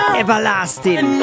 everlasting